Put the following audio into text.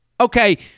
Okay